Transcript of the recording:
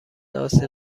آستین